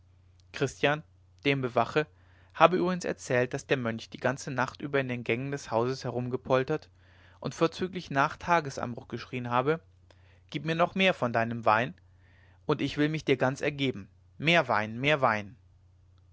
christian der ihn bewache habe übrigens erzählt daß der mönch die ganze nacht über in den gängen des hauses herumgepoltert und vorzüglich nach tagesanbruch geschrien habe gib mir noch mehr von deinem wein und ich will mich dir ganz ergeben mehr wein mehr wein